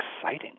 exciting